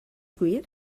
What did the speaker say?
gwir